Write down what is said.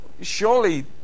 surely